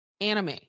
anime